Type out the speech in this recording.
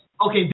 Okay